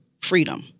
freedom